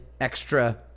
extra